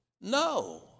No